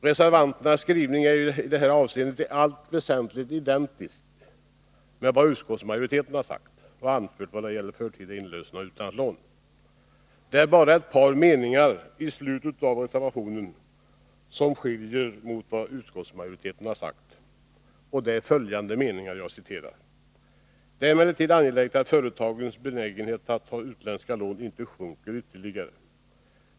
Reservanternas skrivning är i allt väsentligt identisk med vad utskottsmajoriteten anför om förtida inlösen av utlandslån. Det är bara ett par meningar i slutet av reservationen som avviker från vad utskottsmajoriteten sagt. Det är följande meningar: ”Det är emellertid angeläget att företagens benägenhet att ta utländska lån inte | sjunker ytterligare.